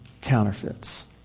counterfeits